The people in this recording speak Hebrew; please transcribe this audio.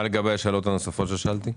מה לגבי השאלות הנוספות ששאלתי?